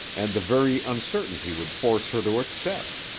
and the very uncertainty would force her to accept.